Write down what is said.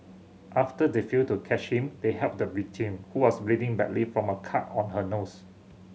after they failed to catch him they helped the victim who was bleeding badly from a cut on her nose